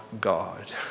God